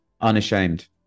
unashamed